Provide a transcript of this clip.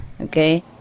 okay